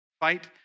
Fight